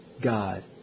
God